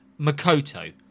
Makoto